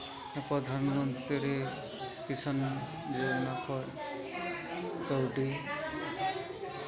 ᱠᱤᱥᱟᱱ ᱡᱮ ᱚᱱᱟᱠᱚ ᱠᱟᱹᱣᱰᱤ